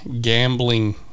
gambling